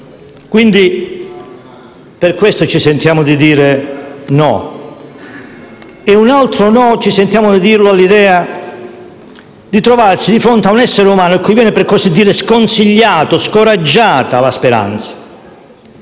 Per questo ci sentiamo di dire "no" e un altro no ci sentiamo di dirlo all'idea di trovarci di fronte a un essere umano cui viene, per così dire, sconsigliata o scoraggiata la speranza,